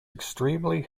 extremely